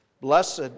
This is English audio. Blessed